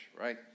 right